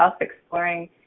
exploring